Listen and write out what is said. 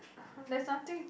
uh there's nothing